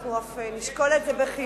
ואנחנו אף נשקול את זה בחיוב.